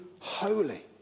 holy